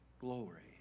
Glory